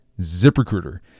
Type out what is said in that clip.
ZipRecruiter